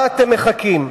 מה אתם מחכים,